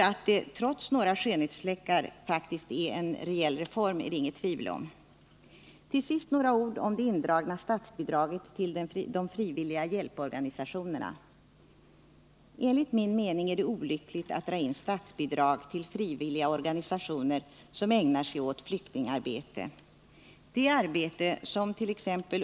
Att det trots några skönhetsfläckar faktiskt är en reell reform är det inget tvivel om. Till sist några ord om indragning av statsbidraget till de frivilliga hjälporganisationerna. Enligt min mening är det olyckligt att dra in statsbidrag till frivilliga organisationer, som ägnar sig åt flyktingarbete. Det arbete som t.ex.